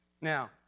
Now